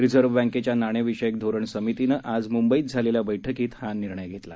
reserve बँकेच्या नाणेविषयक धोरण समितीनं आज मुंबईत झालेल्या बैठकीत हा निर्णय घेतला